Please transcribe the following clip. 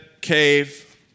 cave